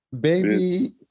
Baby